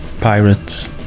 pirates